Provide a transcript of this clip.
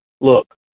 look